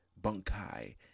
bunkai